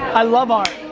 i love art.